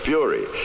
Fury